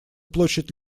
площадь